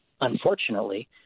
unfortunately